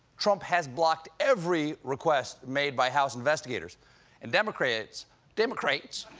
trump has blocked every request made by house investigators and demo-crates demo-crates